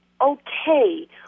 okay